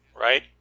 right